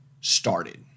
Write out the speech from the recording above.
started